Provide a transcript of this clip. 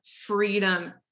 freedom